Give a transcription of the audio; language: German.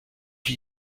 wie